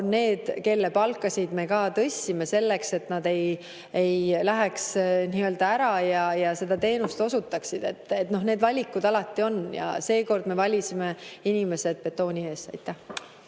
need, kelle palka me ka tõstsime, et nad ei läheks ära, vaid seda teenust osutaksid. Need valikud alati on ja seekord me valisime inimesed betooni asemel.